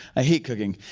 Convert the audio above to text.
i hate cooking.